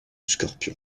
scorpion